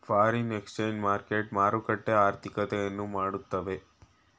foreign exchange market ಮಾರುಕಟ್ಟೆ ಆರ್ಥಿಕತೆಯನ್ನು ಮಾಡುತ್ತವೆ